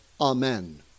Amen